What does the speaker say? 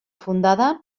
fundada